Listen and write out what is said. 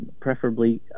preferably